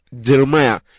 Jeremiah